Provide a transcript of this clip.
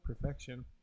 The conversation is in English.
perfection